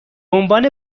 عنوان